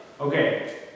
okay